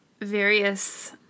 various